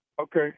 Okay